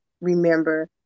remember